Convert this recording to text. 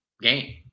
game